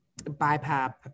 BIPAP